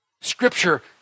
Scripture